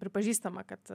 pripažįstama kad